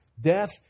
death